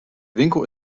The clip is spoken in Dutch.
winkel